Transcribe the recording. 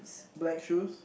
black shoes